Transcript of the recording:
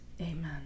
Amen